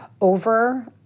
over